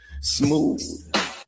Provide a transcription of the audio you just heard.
Smooth